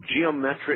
geometric